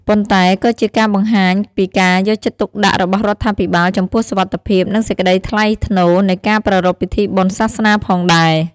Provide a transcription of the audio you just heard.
ប៉ុន្តែក៏ជាការបង្ហាញពីការយកចិត្តទុកដាក់របស់រដ្ឋាភិបាល ចំពោះសុវត្ថិភាព និងសេចក្តីថ្លៃថ្នូរនៃការប្រារព្ធពិធីបុណ្យសាសនាផងដែរ។